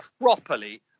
properly